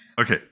Okay